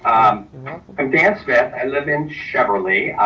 i'm dan smith, i live in cheverly.